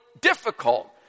difficult